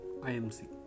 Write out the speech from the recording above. IMC